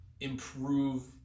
improve